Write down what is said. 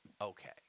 okay